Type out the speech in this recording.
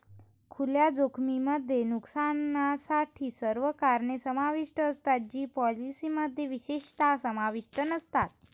खुल्या जोखमीमध्ये नुकसानाची सर्व कारणे समाविष्ट असतात जी पॉलिसीमध्ये विशेषतः समाविष्ट नसतात